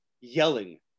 yelling